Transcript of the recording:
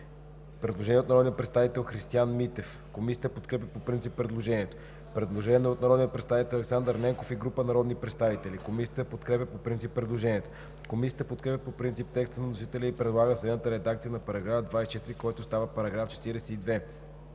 предложение от народния представител Христиан Митев. Комисията подкрепя по принцип предложението. Предложение от народния представител Александър Ненков и група народни представители. Комисията подкрепя по принцип предложението. Комисията подкрепя по принцип текста на вносителя и предлага следната редакция на § 24, който става § 42: „§ 42.